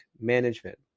management